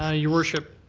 ah your worship,